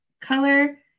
color